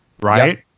Right